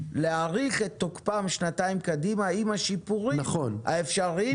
להאריך את תוקפן שנתיים קדימה עם השיפורים האפשריים.